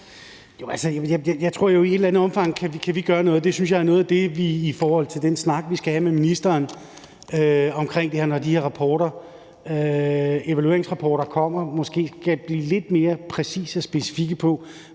Jeg tror jo, at vi i et eller andet omfang kan gøre noget. Det synes jeg er noget af det, vi i forhold til den snak, vi skal have med ministeren, når de her evalueringsrapporter kommer, måske skal blive lidt mere præcise og specifikke på,